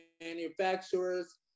manufacturers